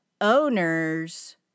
owners